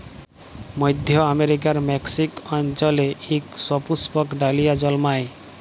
মইধ্য আমেরিকার মেক্সিক অল্চলে ইক সুপুস্পক ডালিয়া জল্মায়